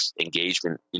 engagement